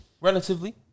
Relatively